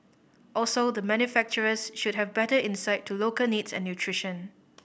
also the manufacturers should have better insight to local needs and nutrition